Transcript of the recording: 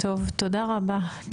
טוב תודה רבה.